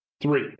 three